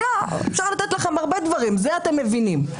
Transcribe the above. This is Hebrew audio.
אפשר לתת לכם הרבה דברים, את זה אתם מבינים.